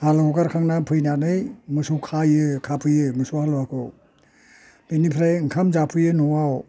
हाल हगारखांना फैनानै मोसौ खायो खाफैयो मोसौ हालुवाखौ बिनिफ्राय ओंखाम जाफैयो न'आव